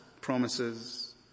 promises